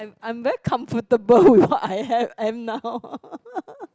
I'm very comfortable with what I am am now